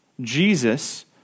Jesus